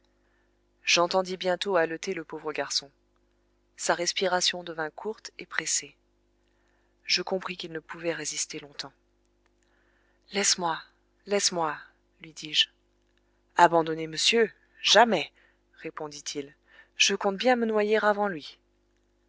j'entendis bientôt haleter le pauvre garçon sa respiration devint courte et pressée je compris qu'il ne pouvait résister longtemps laisse-moi laisse-moi lui dis-je abandonner monsieur jamais répondit-il je compte bien me noyer avant lui